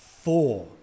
Four